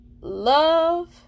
Love